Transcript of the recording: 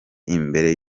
imbere